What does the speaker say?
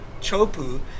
Chopu